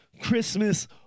Christmas